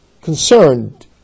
concerned